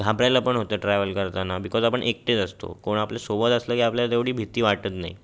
घाबरायला पण होतं ट्रॅव्हल करताना बिकॉज आपण एकटेच असतो कोण आपल्या सोबत असलं की आपल्याला तेवढी भीती वाटत नाही